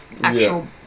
actual